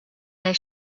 their